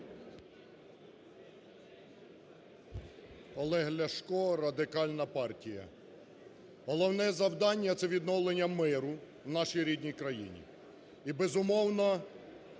Олег Ляшко, Радикальна партія. Головне завдання – це відновлення миру в нашій рідній країні. І, безумовно,